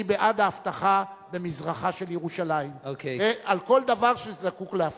אני בעד האבטחה במזרחה של ירושלים לכל דבר שזקוק לאבטחה,